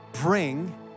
bring